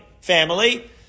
family